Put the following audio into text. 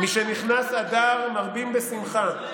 משנכנס אדר מרבים בשמחה.